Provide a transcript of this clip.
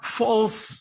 false